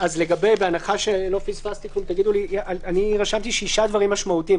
בהנחה שלא פספסתי רשמתי שישה דברים משמעותיים,